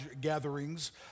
gatherings